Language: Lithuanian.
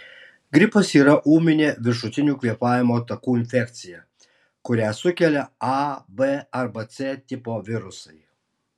gripas yra ūminė viršutinių kvėpavimo takų infekcija kurią sukelia a b arba c tipo virusai